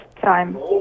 time